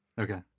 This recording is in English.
Okay